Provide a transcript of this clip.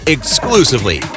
Exclusively